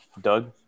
Doug